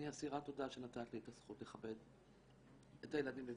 אני אסירת תודה שנתת לי את הזכות לכבד את הילדים בברכה.